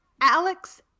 Alex